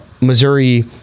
Missouri